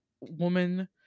woman